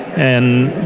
and